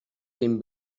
dem